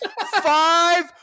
five